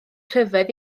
rhyfedd